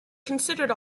considered